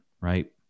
right